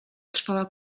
trwała